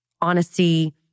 honesty